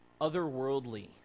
Otherworldly